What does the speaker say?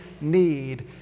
need